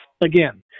again